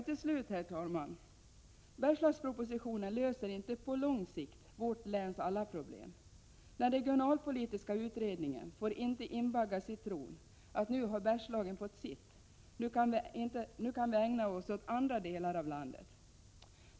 Till slut, herr talman: Bergslagspropositionen löser inte vårt läns: alla problem på lång sikt. Den regionalpolitiska utredningen får inte invaggas i tron att Bergslagen nu har fått sitt och att vi nu kan ägna oss åt andra delar i landet.